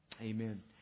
Amen